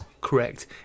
correct